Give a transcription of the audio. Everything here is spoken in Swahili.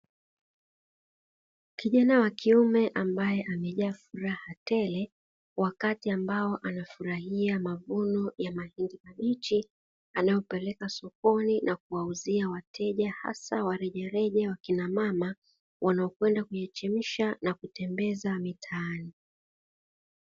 Kijana wa kiume ambaye amejaa furaha tele, wakati ambao anafurahia mavuno ya mahindi mabichi, anayopeleka sokoni na kuwauzia wateja hasa wa rejareja wakina mama, wanayokwenda kuyachemsha na kutembeza mitaani.